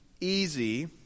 easy